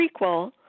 prequel